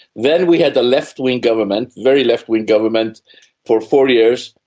then we had the left-wing government, very left-wing government for four years.